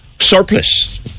surplus